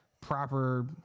proper